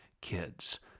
kids